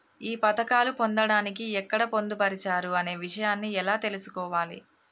ఈ పథకాలు పొందడానికి ఎక్కడ పొందుపరిచారు అనే విషయాన్ని ఎలా తెలుసుకోవాలి?